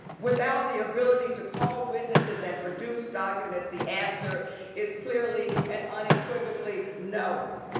without the ability to call witnesses and produce documents, the answer is clearly and unequivocally no.